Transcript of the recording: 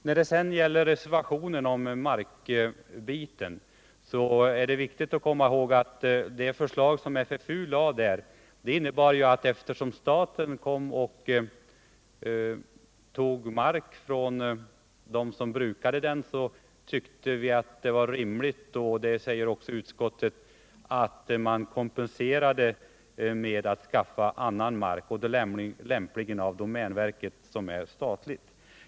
När det gäller reservationen om marken är det viktigt att komma ihåg att det förslag FFU lade innebar att eftersom staten tog mark från dem som brukade den, vore det rimligt att de kompenserades med mark som skaffades från domänverket som är statligt. Detta tycker också utskottet.